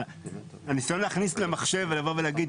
הניסיון להכניס למחשב ולבוא ולהגיד,